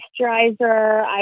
moisturizer